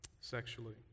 sexually